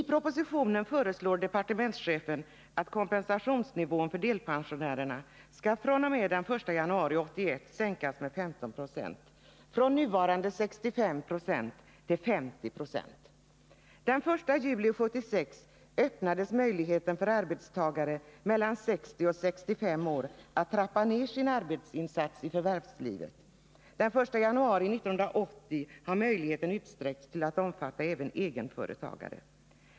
I propositionen föreslår departementschefen att kompensationsnivån för delpensionärerna fr.o.m. den 1 januari 1981 skall sänkas med 15 90, från nuvarande 65 96 till 50 96. att trappa ned sin arbetsinsats i förvärvslivet. Den 1 januari 1980 utsträcktes möjligheten och omfattar nu även egenföretagare.